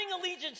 allegiance